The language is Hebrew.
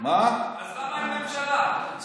אז למה אין ממשלה, אדוני?